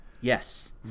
Yes